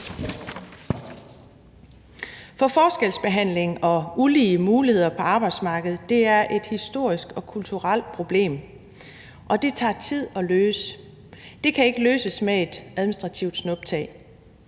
Forskelsbehandling og ulige muligheder på arbejdsmarkedet er et historisk og kulturelt problem, og det tager tid at løse. Det kan ikke løses med et administrativt snuptag.